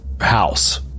house